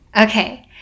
Okay